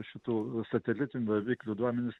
šitų satelitų daviklių duomenis